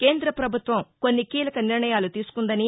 కేంద్ర ప్రభుత్వం కొన్ని కీలక నిర్ణయాలు తీసుకుందని